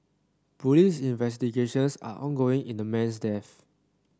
police investigations are ongoing in the man's death